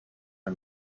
and